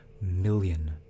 million